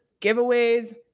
giveaways